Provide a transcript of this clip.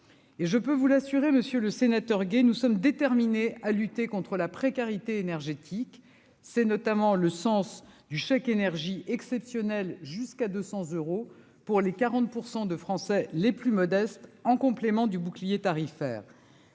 je peux vous l'assurer, monsieur le sénateur, nous sommes déterminés à lutter contre la précarité énergétique, c'est notamment le sens du chèque énergie exceptionnel jusqu'à 200 euros pour les 40 % de Français les plus modestes, en complément du bouclier tarifaire.